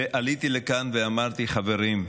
עליתי לכאן, ואמרתי: חברים,